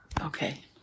Okay